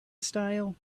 style